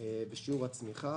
בשיעור הצמיחה